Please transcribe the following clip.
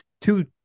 two